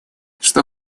что